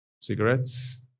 cigarettes